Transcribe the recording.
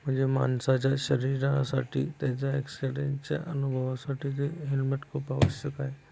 म्हणजे माणसाच्या शरीरासाठी त्याच्या ॲक्सिडेंटच्या अनुभवासाठी जे हेल्मेट खूप आवश्यक आहे